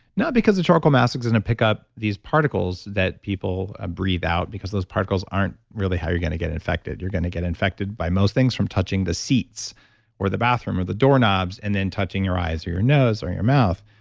not because the charcoal mask is going to pick up these particles that people ah breathe out, because those particles aren't really how you're going to get infected. you're going to get infected by most things, from touching the seats or the bathroom or the doorknobs, and then touching your eyes or your nose or your mouth.